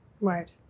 Right